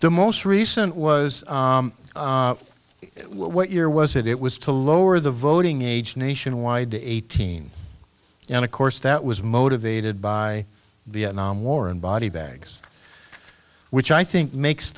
the most recent was what year was it it was to lower the voting age nationwide to eighteen and of course that was motivated by vietnam war and body bags which i think makes